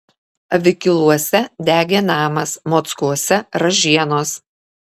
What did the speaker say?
avikiluose degė namas mockuose ražienos